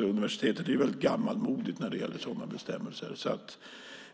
Universitetet är väldigt gammalmodigt när det gäller sådana bestämmelser.